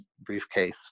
briefcase